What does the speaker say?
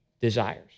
desires